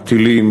הטילים,